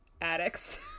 addicts